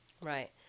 Right